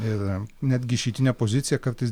ir netgi išeitinė pozicija kartais